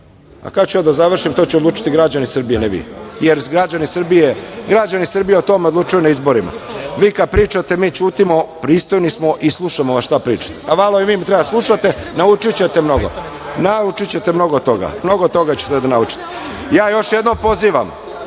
A kada ću ja da završim, to će odlučiti građani Srbije, ne vi, jer građani Srbije o tome odlučuju na izborima. Vi kada pričate, mi ćutimo, pristojni smo i slušamo vas šta pričate, a malo i vi treba da slušate, naučićete mnogo toga. Mnogo toga ćete naučiti. Još jednom pozivam